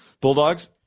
Bulldogs